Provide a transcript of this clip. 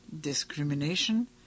discrimination